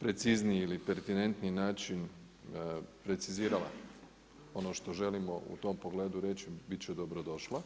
precizniji i pertinentniji precizirala ono što želimo u tom pogledu reći bit će dobrodošla.